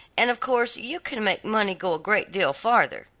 and of course you can make money go a great deal farther.